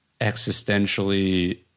existentially